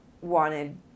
wanted